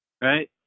right